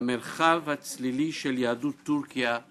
מרחב הצלילי של יהדות טורקיה